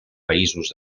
països